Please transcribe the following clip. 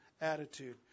attitude